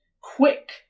quick